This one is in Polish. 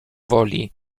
woli